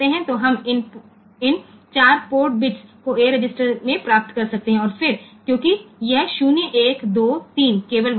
तो हम इन 4 पोर्ट बिट्स को A रजिस्टर में प्राप्त कर सकते हैं और फिर क्योंकि यह 0 1 2 3 केवल वहाँ है